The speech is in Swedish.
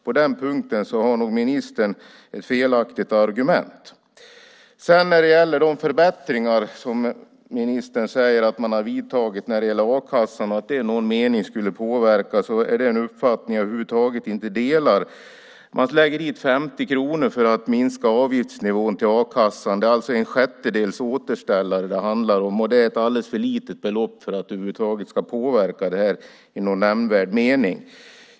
På den punkten har nog ministern ett felaktigt argument. Ministern säger att man har vidtagit förbättringar när det gäller a-kassan och att det i någon mening skulle påverka. Det är en uppfattning jag över huvud taget inte delar. Man lägger dit 50 kronor för att minska avgiftsnivån till a-kassan. Det är alltså en sjättedels återställare det handlar om. Det är ett alldeles för litet belopp för att det ska påverka i någon nämnvärd mening.